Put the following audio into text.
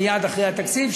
ומייד אחרי התקציב,